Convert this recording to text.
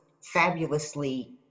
fabulously